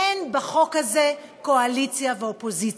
אין בחוק הזה קואליציה ואופוזיציה.